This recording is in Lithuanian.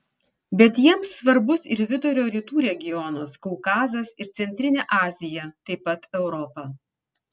bet jiems svarbus ir vidurio rytų regionas kaukazas ir centrinė azija taip pat europa